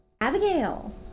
Abigail